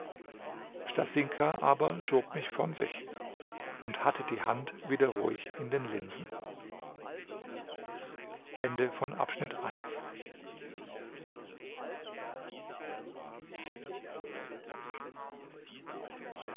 stasinka aber schob mich von sich und hatte die hand wieder ruhig in den linsen